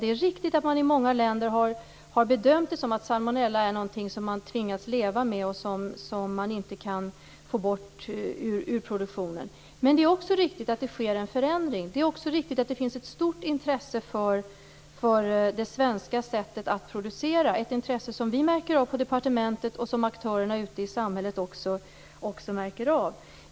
Det är riktigt att man i många länder har bedömt det som att salmonella är något som man tvingas leva med och som man inte kan få bort ur produktionen. Men det är också riktigt att det sker en förändring. Det är också riktigt att det finns ett stort intresse för det svenska sättet att producera. Det är ett intresse som vi märker av på departementet och som aktörerna ute i samhället också märker.